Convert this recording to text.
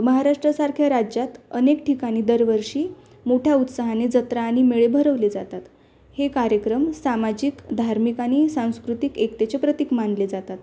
महाराष्ट्रासारख्या राज्यात अनेक ठिकाणी दरवर्षी मोठ्या उत्साहाने जत्रा आणि मेळे भरवले जातात हे कार्यक्रम सामाजिक धार्मिक आणि सांस्कृतिक एकतेचे प्रतीक मानले जातात